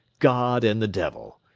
god and the devil!